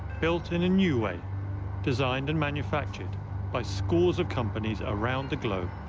built in in new way designed and manufactured by scores of companies around the globe.